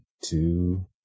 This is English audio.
two